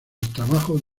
trabajo